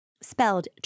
Spelled